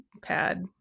pad